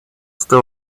still